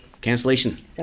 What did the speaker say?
cancellation